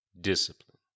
discipline